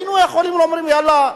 היינו יכולים לומר: יאללה,